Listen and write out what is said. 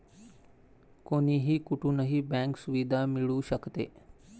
कोणीही कुठूनही बँक सुविधा मिळू शकते